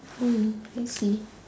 oh well I see